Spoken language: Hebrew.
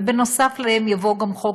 ונוסף עליהם יבוא גם חוק